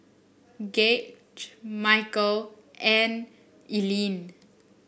Gauge Michele and Eileen